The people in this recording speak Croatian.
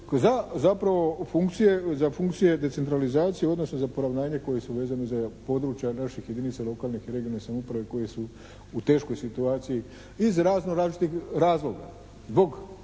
funkcije decentralizacije, odnosno za poravnanje koja su vezana za područja naših jedinica lokalnih i regionalnih samouprave koji su u teškoj situaciji iz razno različitih razloga,